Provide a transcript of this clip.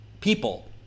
people